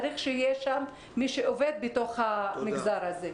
צריך שיהיה שם מי שעובד בתוך המגזר הזה.